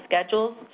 schedules